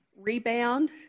rebound